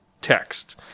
text